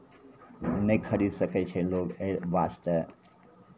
नहि खरीद सकै छै लोक एहि वास्ते